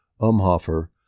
Umhofer